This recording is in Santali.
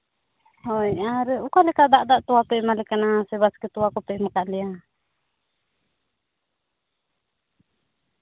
ᱦᱮᱸ ᱟᱨ ᱚᱠᱟᱞᱮᱠᱟ ᱫᱟᱜ ᱫᱟᱜ ᱛᱚᱣᱟ ᱯᱮ ᱮᱢᱟᱞᱮ ᱠᱟᱱᱟ ᱥᱮ ᱵᱟᱥᱠᱮ ᱛᱚᱣᱟ ᱠᱚᱯᱮ ᱮᱢ ᱟᱠᱟᱫ ᱞᱮᱭᱟ